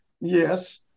Yes